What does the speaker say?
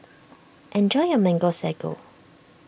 enjoy your Mango Sago